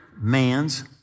man's